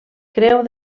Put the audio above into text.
creu